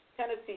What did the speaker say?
Tennessee